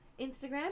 Instagram